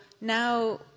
now